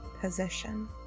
position